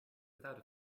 without